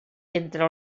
entre